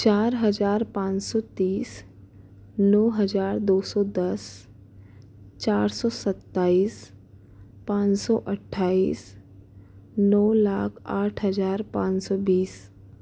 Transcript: चार हज़ार पाँच सौ तीस नौ हज़ार दो सौ दस चार सौ सत्ताईस पाँच सौ अट्ठाईस नौ लाख आठ हज़ार पाँच सौ बीस